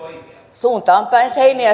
suunta on päin seiniä